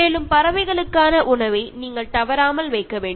மேலும் பறவைகளுக்கான உணவை நீங்கள் தவறாமல் வைக்க வேண்டும்